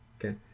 Okay